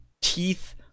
teeth